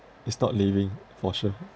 it's not living for sure